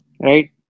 right